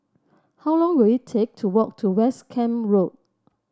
how long will it take to walk to West Camp Road